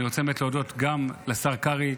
אני רוצה באמת להודות לשר קרעי,